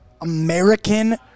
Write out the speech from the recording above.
American